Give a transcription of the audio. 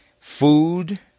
food